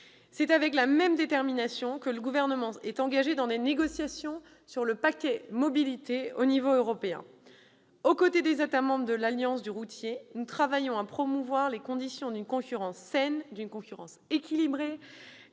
C'est avec la même détermination qu'il est engagé dans les négociations sur le paquet mobilité à l'échelon européen. Aux côtés des États membres de l'Alliance du routier, nous travaillons à promouvoir les conditions d'une concurrence saine et équilibrée